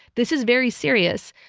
this is very serious.